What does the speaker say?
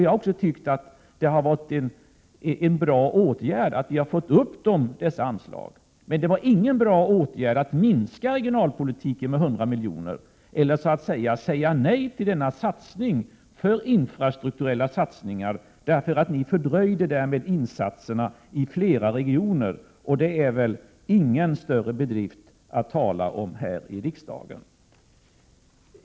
Jag har också tyckt att det var bra att få upp de anslagen, men det var ingen bra åtgärd att minska anslagen till regionalpolitiken med 100 milj.kr. och säga nej till de infrastrukturella satsningar det handlade om. Därmed fördröjde ni insatserna i flera regioner, och det är väl ingen större bedrift att tala om här i riksdagen.